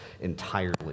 entirely